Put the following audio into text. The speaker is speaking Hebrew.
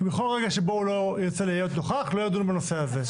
כי בכל רגע שבו הוא לא ירצה להיות נוכח לא ידונו בנושא הזה.